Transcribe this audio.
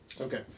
Okay